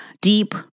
deep